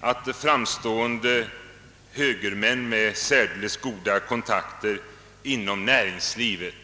Att framstående högermän med särdeles goda kontakter inom näringslivet